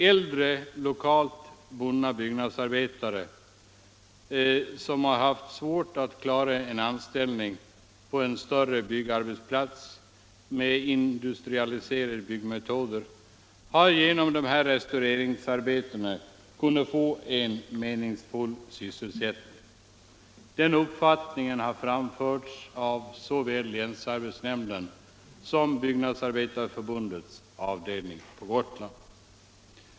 Äldre, lokalt bundna byggnadsarbetare som haft svårt att klara en anställning på en större byggarbetsplats med industrialiserade byggmetoder har genom dessa restaureringsarbeten kunnat få en meningsfull sysselsättning. Denna uppfattning har framförts av såväl länsarbetsnämnden som Byggnadsarbetareförbundets avdelning på Gotland.